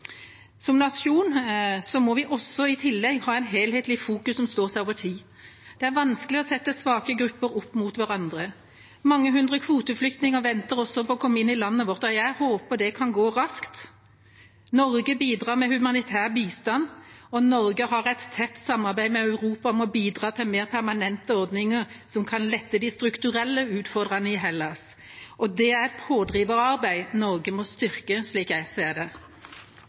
Som nasjon må vi i tillegg ha et helhetlig fokus som står seg over tid. Det er vanskelig å sette svake grupper opp mot hverandre. Mange hundre kvoteflyktninger venter også på å komme inn i landet vårt, og jeg håper det kan gå raskt. Norge bidrar med humanitær bistand, og Norge har et tett samarbeid med Europa om å bidra til mer permanente ordninger som kan lette de strukturelle utfordringene i Hellas. Det er et pådriverarbeid Norge må styrke, slik jeg ser det. Nei, det er ikke «fake news» at forholdene i Moria-leiren er grusomme. Det